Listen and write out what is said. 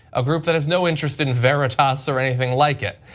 a group that has no interest in veritas or anything like it.